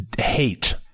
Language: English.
hate